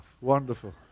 Wonderful